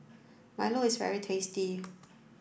Milo is very tasty